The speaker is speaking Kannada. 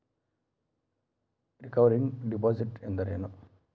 ರಿಕರಿಂಗ್ ಡಿಪಾಸಿಟ್ ಅಂದರೇನು?